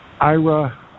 Ira